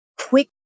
quick